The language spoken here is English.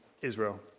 Israel